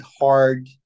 hard